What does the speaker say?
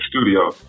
studio